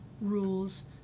rules